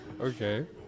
Okay